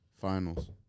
Finals